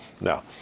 Now